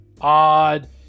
odd